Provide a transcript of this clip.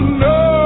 no